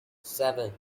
seven